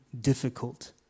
difficult